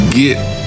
get